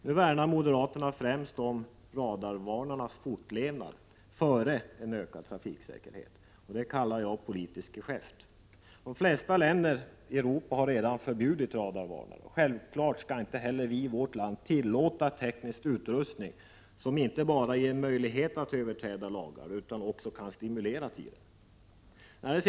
Nu värnar moderaterna främst om radarvarnarnas fortlevnad, före en ökad trafiksäkerhet. Det kallar jag politiskt geschäft. De flesta länder i Europa har redan förbjudit radarvarnare. Självfallet skall inte heller vi i vårt land tillåta teknisk utrustning som inte bara ger möjlighet att överträda lagar utan också kan stimulera till det.